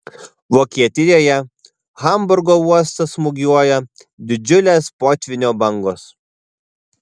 vokietijoje hamburgo uostą smūgiuoja didžiulės potvynio bangos